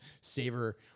savor